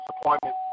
appointment